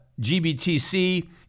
GBTC